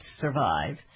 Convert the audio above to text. survive